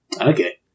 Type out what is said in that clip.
Okay